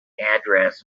address